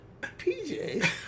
PJs